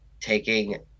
taking